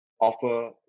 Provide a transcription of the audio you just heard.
offer